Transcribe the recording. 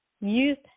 youth